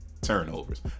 turnovers